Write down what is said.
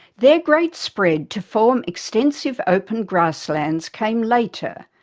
their great spread to form extensive open grasslands came later,